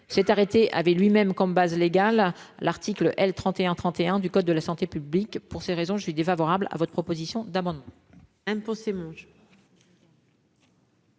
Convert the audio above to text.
cet arrêté avait lui-même comme base légale : l'article L. 31 31 du code de la santé publique, pour ces raisons je suis défavorable à votre proposition d'amendement